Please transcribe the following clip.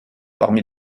parmi